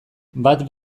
bat